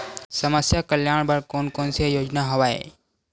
समस्या कल्याण बर कोन कोन से योजना हवय?